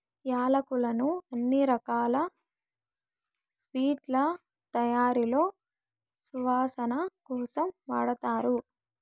యాలక్కులను అన్ని రకాల స్వీట్ల తయారీలో సువాసన కోసం వాడతారు